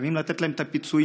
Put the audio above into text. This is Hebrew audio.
חייבים לתת להם את הפיצויים.